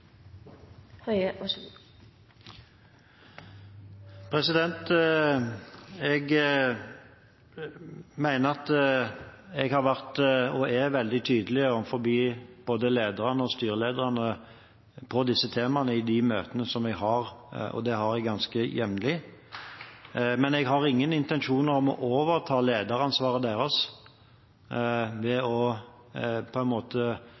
veldig tydelig overfor både lederne og styrelederne på disse temaene i de møtene vi har, og de har jeg ganske jevnlig. Men jeg har ingen intensjoner om å overta ledelsesansvaret deres ved å på en måte